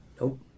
Nope